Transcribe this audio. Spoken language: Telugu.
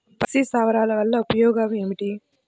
పక్షి స్థావరాలు వలన ఉపయోగం ఏమిటి?